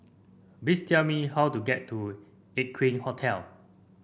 please tell me how to get to Aqueen Hotel